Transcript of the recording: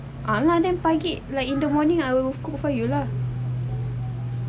ah memang pagi like in the morning I will cook for you lah